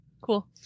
Cool